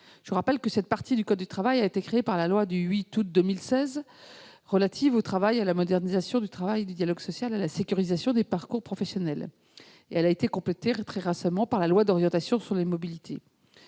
Je rappelle que cette partie du code du travail a été créée par la loi du 8 août 2016 relative au travail, à la modernisation du dialogue social et à la sécurisation des parcours professionnels et qu'elle a été complétée, très récemment, par la loi d'orientation des mobilités.